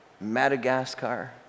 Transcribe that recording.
Madagascar